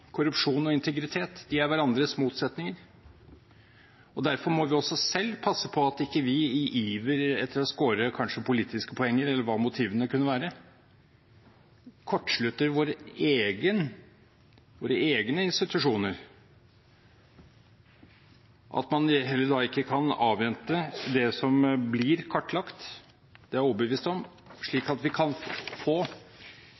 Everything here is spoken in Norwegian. korrupsjon og integritet. De er hverandres motsetning. Derfor må vi også selv passe på at vi ikke i iver etter å score politiske poenger eller hva motivene måtte være, kortslutter våre egne institusjoner, at man heller ikke kan avvente det som blir kartlagt – det er jeg overbevist om – slik at vi kan få